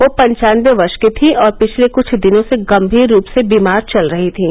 वह पंचानवे वर्ष की थीं और पिछले कुछ दिनों से गम्मीर रूप से बीमार चल रही थीं